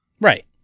Right